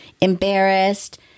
embarrassed